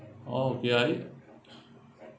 oh ya